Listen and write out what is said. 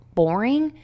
boring